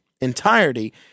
entirety